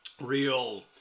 real